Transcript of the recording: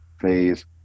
phase